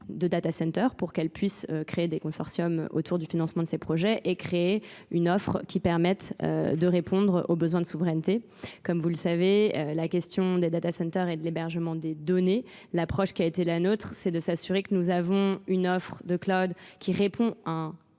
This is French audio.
de datacenters pour qu'elles puissent créer des consortiums autour du financement de ces projets et créer une offre qui permette de répondre aux besoins de souveraineté. Comme vous le savez, la question des datacenters et de l'hébergement des données, l'approche qui a été la nôtre, c'est de s'assurer que nous avons une offre de cloud qui répond très